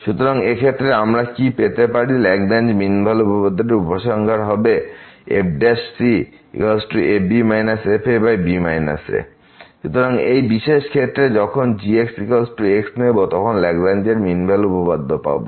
সুতরাং এই ক্ষেত্রে আমরা কি পেতে পারি ল্যাগরাঞ্জ মিন ভ্যালু উপপাদ্যটির উপসংহারটি হবে fb fb afc সুতরাং এই বিশেষ ক্ষেত্রে যখন আমরা g x x নেব তখন ল্যাগরাঞ্জ মিন ভ্যালু উপপাদ্য পাব